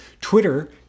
Twitter